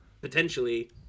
Potentially